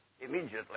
immediately